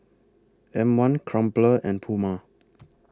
M one Crumpler and Puma